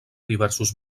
diversos